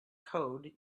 code